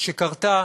שקרתה